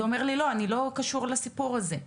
אתה אומר לי לא, אני לא קשור לסיפור הזה.